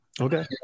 Okay